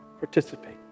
participate